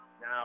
Now